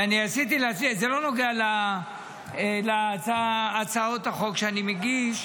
ואני עשיתי, זה לא נוגע להצעות החוק שאני מגיש.